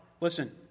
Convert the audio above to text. Listen